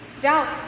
doubt